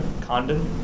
Condon